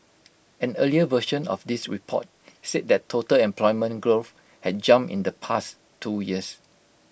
an earlier version of this report said that total employment growth had jumped in the past two years